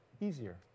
easier